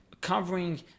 covering